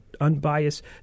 unbiased